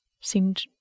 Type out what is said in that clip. seemed